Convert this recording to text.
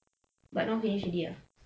but now finish already ah